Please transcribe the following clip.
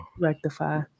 rectify